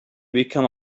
become